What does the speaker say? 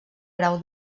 grau